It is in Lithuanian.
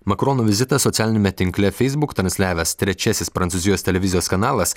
makrono vizitas socialiniame tinkle feisbuk transliavęs trečiasis prancūzijos televizijos kanalas